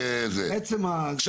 כן.